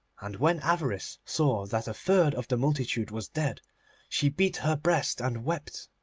and when avarice saw that a third of the multitude was dead she beat her breast and wept.